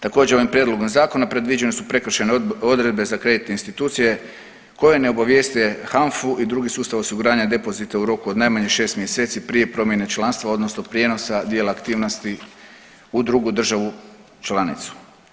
Također ovim prijedlogom zakona predviđene su prekršajne odredbe za kreditne institucije koje ne obavijeste HANFU i drugi sustav osiguranja depozita u roku od najmanje 6 mjeseci prije promjene članstva odnosno prijenosa dijela aktivnosti u drugu državu članicu.